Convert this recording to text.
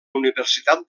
universitat